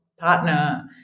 partner